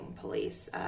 police